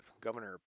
Governor